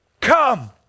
come